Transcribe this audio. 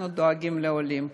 אנחנו דואגים לעולים.